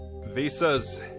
visas